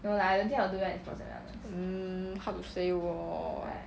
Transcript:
mm hard to say !whoa!